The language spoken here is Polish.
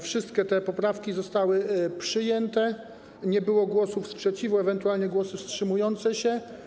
Wszystkie te poprawki zostały przyjęte, nie było głosów sprzeciwu, były ewentualnie głosy wstrzymujące się.